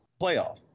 playoff